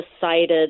decided